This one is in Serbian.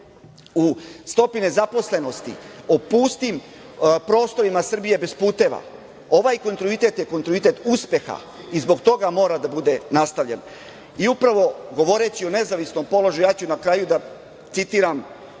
u stopi nezaposlenosti, o pustim prostorima Srbije bez puteva. Ovaj kontinuitet je kontinuitet uspeha i zbog toga mora da bude nastavljen. Upravo govoreći o nezavisnom položaju, ja ću na kraju da citiram